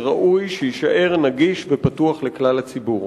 שראוי שיישאר נגיש ופתוח לכלל הציבור.